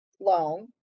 loan